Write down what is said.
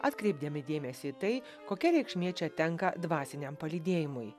atkreipdami dėmesį į tai kokia reikšmė čia tenka dvasiniam palydėjimui